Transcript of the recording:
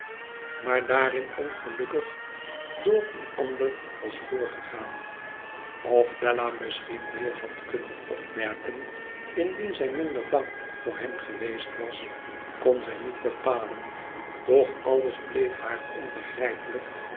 maar daarin ongelukkig door een ander was voorgegaan of bella misschien meer had kunnen opmerken indien zij minder bang voor hem geweest was kon zij niet bepalen doch alles bleef haar onbegrijpelijk